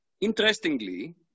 Interestingly